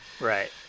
Right